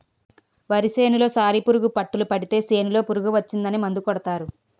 వరి సేనులో సాలిపురుగు పట్టులు పడితే సేనులో పురుగు వచ్చిందని మందు కొడతారు